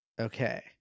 Okay